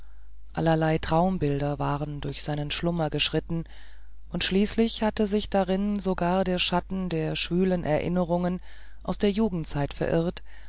allerlei traumbilder waren durch seinen schlummer geschritten und schließlich hatte sich darin sogar der schatten von schwülen erinnerungen aus der jugendzeit verirrt